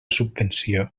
subvenció